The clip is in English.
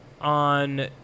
on